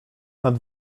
nad